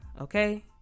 Okay